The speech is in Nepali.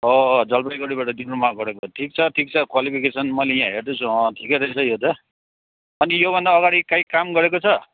जलपाइगुडीबाट डिप्लोमा गरेको ठिक छ ठिक छ क्वालिफिकेसन मैले यहाँ हेर्दैछु ठिकै रहेछ यो त अनि योभन्दा अगाडि काहीँ काम गरेको छ